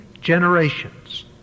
generations